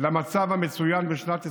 למצב המצוין בשנת 2021,